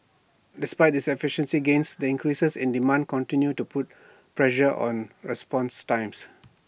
despite these efficiency gains the increases in demand continue to put pressure on response times